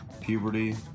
puberty